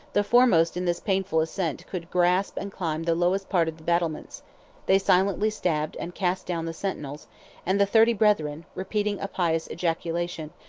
the foremost in this painful ascent could grasp and climb the lowest part of the battlements they silently stabbed and cast down the sentinels and the thirty brethren, repeating a pious ejaculation,